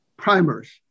primers